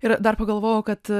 ir dar pagalvojau kad